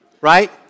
Right